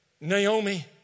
Naomi